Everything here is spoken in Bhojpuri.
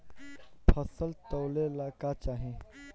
फसल तौले ला का चाही?